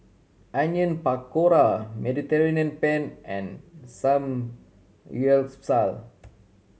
Onion Pakora Mediterranean Penne and Samgyeopsal